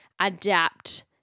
adapt